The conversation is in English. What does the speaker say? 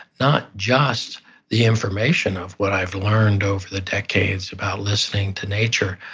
not just the information of what i've learned over the decades about listening to nature,